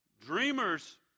Dreamers